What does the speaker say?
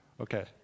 Okay